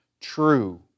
true